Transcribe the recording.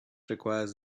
requires